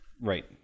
Right